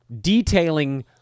detailing